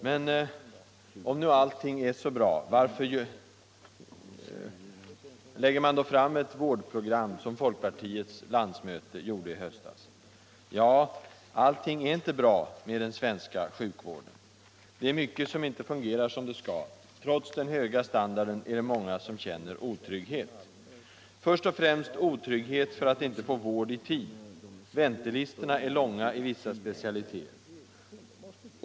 Men om nu allting är så bra, varför lägger man då fram ett vårdprogram, som folkpartiets landsmöte gjorde i höstas? Ja, allting är inte bra med den svenska sjukvården. Det är mycket som inte fungerar som det skall. Trots den höga standarden är det många som känner otrygghet. Först och främst, otrygghet för att inte få vård i tid. Väntelistorna är långa i vissa specialiteter.